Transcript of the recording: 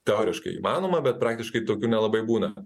teoriškai įmanoma bet praktiškai tokių nelabai būna